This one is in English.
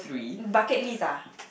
bucket list ah